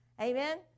Amen